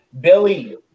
Billy